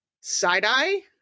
side-eye